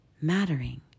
Mattering